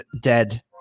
dead